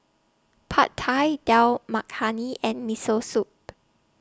Pad Thai Dal Makhani and Miso Soup